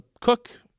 cook